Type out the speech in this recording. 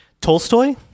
Tolstoy